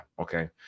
Okay